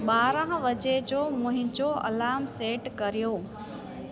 ॿारहं वजे जो मुहिंजो अलाम सेट करियो